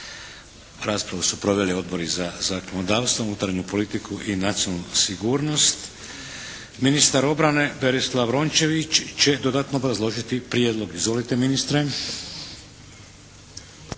Raspravu su proveli odbori za zakonodavstvo, unutarnju politiku i nacionalnu sigurnost. Ministar obrane, Berislav Rončević će dodatno obrazložiti prijedlog. Izvolite ministre.